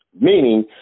meaning